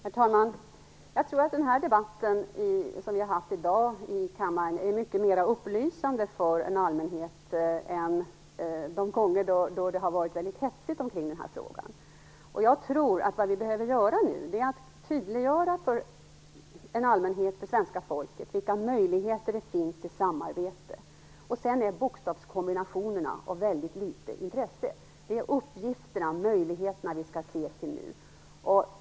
Herr talman! Jag tror att den debatt som vi har haft i dag i kammaren är mycket mera upplysande för allmänheten än de gånger då debatten i den här frågan har varit väldigt hetsig. Nu behöver vi tydliggöra för allmänheten, det svenska folket, vilka möjligheter det finns till samarbete. Sedan är bokstavskombinationerna av väldigt litet intresse. Det är uppgifterna och möjligheterna vi skall se till nu.